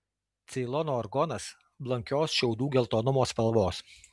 ceilono argonas blankios šiaudų geltonumo spalvos